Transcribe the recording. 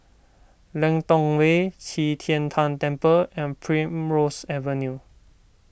Lentor Way Qi Tian Tan Temple and Primrose Avenue